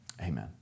Amen